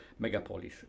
Megapolis